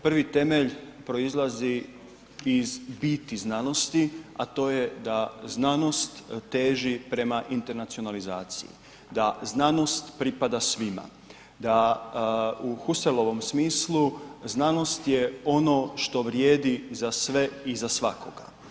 Prvi temelj proizlazi iz biti znanosti, a to je da znanost teži prema internacionalizaciji, da znanost pripada svima, da u Husserlovom smislu znanost je ono što vrijedi za sve i za svakoga.